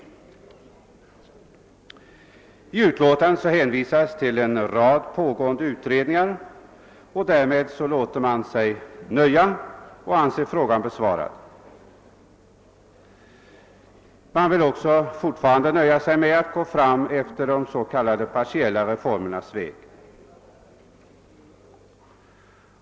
I utskottsutlåtandet hänvisas till en rad pågående utredningar, och därmed låter man sig nöja och anser frågan besvarad. Man vill också fortsätta att gå fram efter de s.k. partiella reformernas väg.